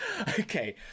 okay